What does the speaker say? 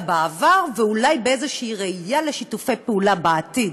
בעבר ואולי באיזושהי ראייה לשיתופי פעולה בעתיד.